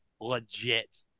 Legit